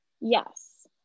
yes